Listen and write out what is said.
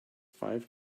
five